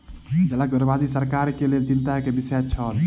जलक बर्बादी सरकार के लेल चिंता के विषय छल